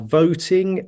voting